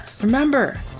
remember